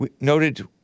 noted